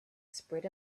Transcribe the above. spread